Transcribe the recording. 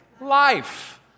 Life